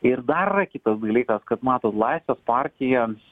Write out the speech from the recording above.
ir dar kitas dalykas kad matot laisvės partija